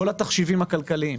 שכל התחשיבים הכלכליים,